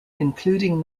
including